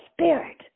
spirit